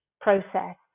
process